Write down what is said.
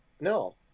no